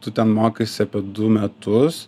tu ten mokaisi apie du metus